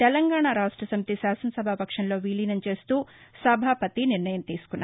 తెలంగాణ రాష్టసమితి శాసనసభాపక్షంలో విలీనం చేస్తూ సభాపతి నిర్ణయం తీసుకున్నారు